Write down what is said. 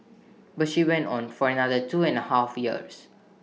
but she went on for another two and A half years